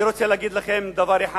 אני רוצה להגיד לכם דבר אחד.